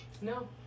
No